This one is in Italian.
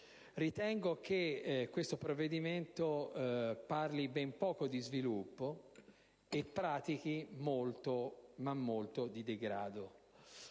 Ritengo che questo provvedimento parli ben poco di sviluppo e pratichi molto, ma molto, di degrado.